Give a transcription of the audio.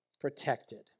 protected